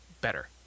better